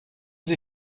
sie